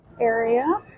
area